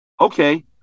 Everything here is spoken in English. okay